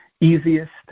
easiest